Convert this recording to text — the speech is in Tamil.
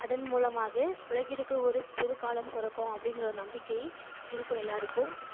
அதன் மூலமாக உலகிற்கு ஒரு புது காலம் பிறக்கும் அப்படிங்கிற ஒரு நம்பிக்கை இருக்கும் எல்லாேருக்கும்